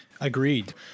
Agreed